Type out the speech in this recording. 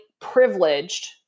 privileged